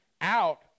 out